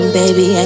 baby